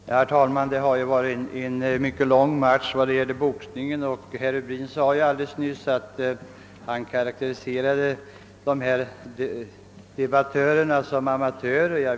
Herr talman! Det har varit en mycket lång match om boxningen, och herr Rubin karakteriserade alldeles nyss debattörerna som amatörer.